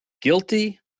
guilty